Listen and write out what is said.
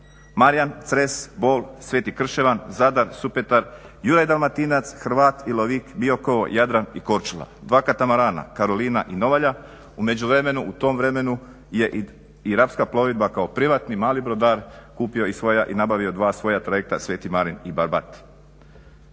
Marijan, Cres, Bol, sv. Krševan, Zadar, Supetar, Juraj Dalmatinac, Hrvat, Ilovik, Biokovo, Jadran i Korčula, dva katamarana Karolina i Novalja u međuvremenu u tom vremenu i rapska plovidba kao privatni mali brodar kupio i svoja i nabavio svoja dva trajekta sv. Marin i Barbat.